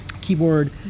keyboard